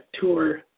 tour